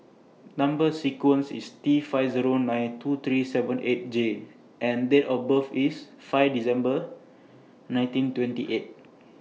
Number sequence IS T five Zero nine two three seven eight J and Date of birth IS five December nineteen twenty eight